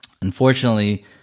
Unfortunately